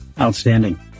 Outstanding